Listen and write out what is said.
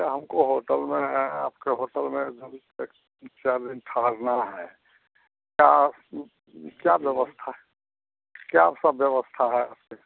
अच्छा हमको होटल में आपके होटल में तीन चार दिन ठहरना है क्या क्या व्यवस्था है क्या सब व्यवस्था है यहाँ पर